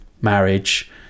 marriage